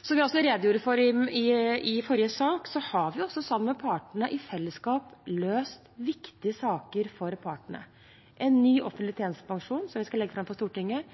Som jeg også redegjorde for i forrige sak, har vi sammen med partene i fellesskap løst viktige saker for partene: en ny offentlig tjenestepensjon, som vi skal legge fram for Stortinget,